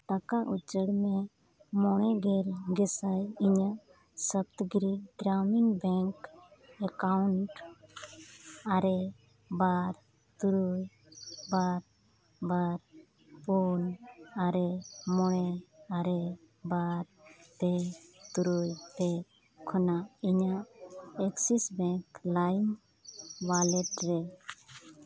ᱴᱟᱠᱟ ᱩᱪᱟᱹᱲ ᱢᱮ ᱢᱚᱬᱮ ᱜᱮᱞ ᱜᱮᱥᱟᱭ ᱤᱧᱟᱹᱜ ᱥᱚᱯᱛᱚᱜᱤᱨᱤ ᱜᱨᱟᱢᱤᱱ ᱵᱮᱝᱠ ᱮᱠᱟᱣᱩᱱᱴ ᱟᱨᱮ ᱵᱟᱨ ᱛᱩᱨᱩᱭ ᱵᱟᱨ ᱵᱟᱨ ᱯᱩᱱ ᱟᱨᱮ ᱢᱚᱬᱮ ᱟᱨᱮ ᱵᱟᱨ ᱯᱮ ᱛᱩᱨᱩᱭ ᱯᱮ ᱠᱷᱚᱱᱟᱜ ᱤᱧᱟᱹᱜ ᱮᱠᱥᱤᱥ ᱵᱮᱝᱠ ᱞᱟᱭᱤᱢ ᱚᱣᱟᱞᱮ ᱴ ᱨᱮ